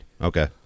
Okay